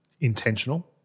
intentional